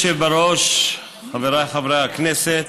חבריי חברי הכנסת,